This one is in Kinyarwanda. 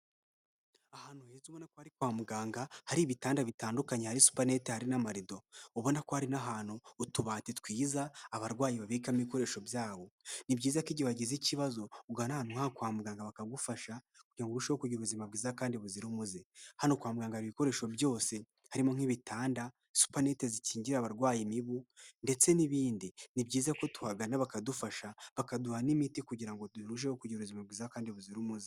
Ahantu heza ubona ko ari kwa muganga hari ibitanda bitandukanye hari supanete hari n'amarido ubona ko hari n'ahantu utubati twiza abarwayi babikamo ibikoresho byabo . Ni byiza ko igihe wagize ikibazo uganaha kwa muganga bakagufasha kugira ngo bu urusheho kugira ubuzima bwiza kandi buzira umuze hano kwa muganga ibikoresho byose harimo nk'ibitanda supenete zikingira abarwayi imibu ndetse n'ibindi . Ni byiza ko tuhagana bakadufasha bakaduha n'imiti kugira ngo durusheho kugira ubuzima bwiza kandi buzira umuze